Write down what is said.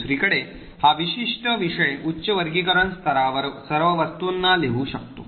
दुसरीकडे हा विशिष्ट विषय उच्च वर्गीकरण स्तरावर सर्व वस्तूंना लिहू शकतो